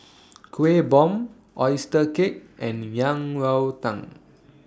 Kuih Bom Oyster Cake and Yang Rou Tang